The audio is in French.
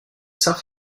sainte